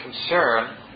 concern